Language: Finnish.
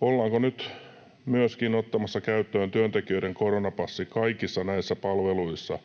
Ollaanko nyt myöskin ottamassa käyttöön työntekijöiden koronapassi kaikissa näissä palveluissa,